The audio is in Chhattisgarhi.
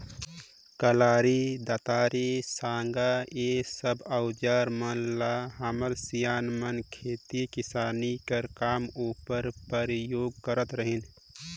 कलारी, दँतारी, साँगा ए सब अउजार मन ल हमर सियान मन खेती किसानी कर काम उपर परियोग करत रहिन